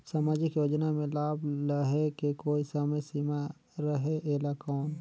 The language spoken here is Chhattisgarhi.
समाजिक योजना मे लाभ लहे के कोई समय सीमा रहे एला कौन?